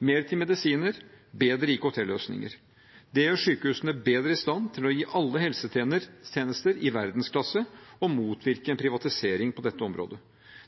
mer til medisiner, til bedre IKT-løsninger. Det gjør sykehusene bedre i stand til å gi alle helsetjenester i verdensklasse og motvirker privatisering på dette området.